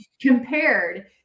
compared